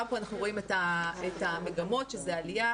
גם פה אנחנו רואים את המגמות, שזה עלייה.